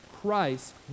Christ